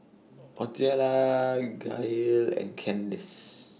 Ozella Gail and Candis